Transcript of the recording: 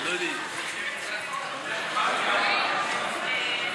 ומיסי הממשלה (פטורין) (פטור מארנונה למצללה),